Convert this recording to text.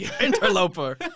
Interloper